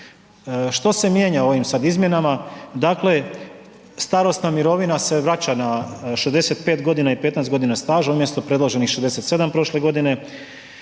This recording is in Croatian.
Što se mijenja ovim sad izmjenama? Dakle starosna mirovina se vraća na 65 godina i 15 godina staža umjesto predloženih 67 prošle godine.